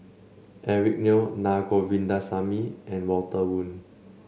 Eric Neo Naa Govindasamy and Walter Woon